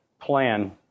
plan